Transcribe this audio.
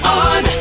on